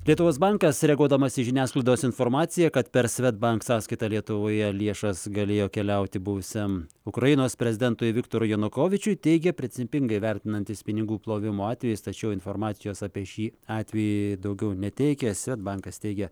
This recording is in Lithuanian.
lietuvos bankas reaguodamas į žiniasklaidos informaciją kad per svedbank sąskaitą lietuvoje liešas galėjo keliauti buvusiam ukrainos prezidentui viktorui janukovyčiui teigia pricipingai vertinantis pinigų plovimo atvejis tačiau informacijos apie šį atvejį daugiau neteikia svedbankas teigia